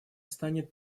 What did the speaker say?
станет